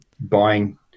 buying